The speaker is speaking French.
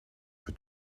peut